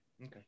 Okay